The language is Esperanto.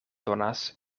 donas